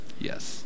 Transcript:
Yes